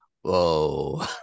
whoa